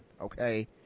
Okay